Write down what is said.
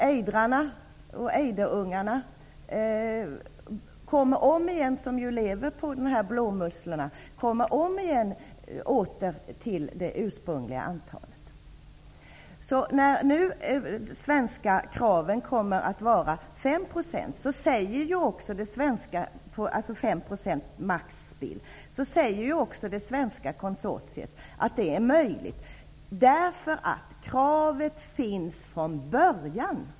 Ejdrarna, som lever på blåmusslorna, är på väg mot att återuppnå sitt ursprungliga antal. De svenska kraven är att det max skall få vara 5 % spill. Det svenska konsortiet säger att det är möjligt, därför att kravet finns från början.